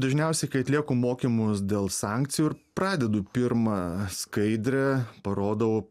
dažniausiai kai atlieku mokymus dėl sankcijų pradedu pirmą skaidrę parodau